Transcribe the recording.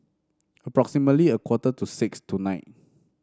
approximately a quarter to six tonight